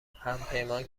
همپیمان